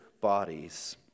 bodies